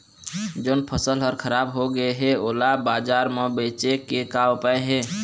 जोन फसल हर खराब हो गे हे, ओला बाजार म बेचे के का ऊपाय हे?